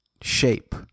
Shape